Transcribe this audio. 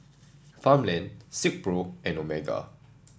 Farmland Silkpro and Omega